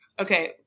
okay